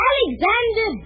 Alexander